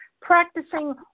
practicing